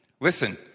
Listen